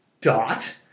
dot